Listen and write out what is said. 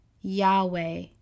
Yahweh